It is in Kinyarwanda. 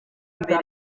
mbere